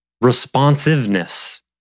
Responsiveness